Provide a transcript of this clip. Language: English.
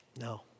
No